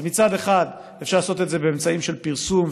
אז מצד אחד אפשר לעשות את זה באמצעים של פרסום,